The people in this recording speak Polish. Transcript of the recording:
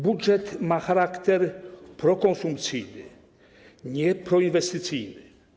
Budżet ma charakter prokonsumpcyjny, nie proinwestycyjny.